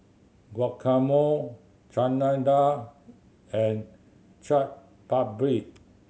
Guacamole Chana Dal and Chaat Papri